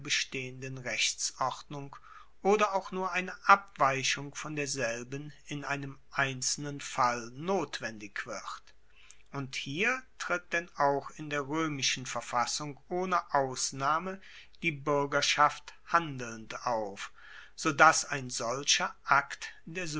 bestehenden rechtsordnung oder auch nur eine abweichung von derselben in einem einzelnen fall notwendig wird und hier tritt denn auch in der roemischen verfassung ohne ausnahme die buergerschaft handelnd auf so dass ein solcher akt der